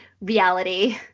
reality